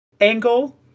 angle